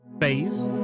phase